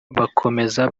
bakomeza